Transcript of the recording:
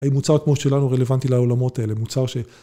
מוצר כמו שלנו רלוונטי לעולמות האלה, מוצר ש...